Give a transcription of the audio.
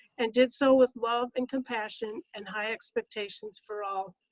and did so with love and compassion and high expectations for all.